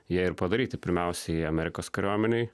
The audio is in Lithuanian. jie ir padaryti pirmiausia į amerikos kariuomenei